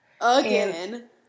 Again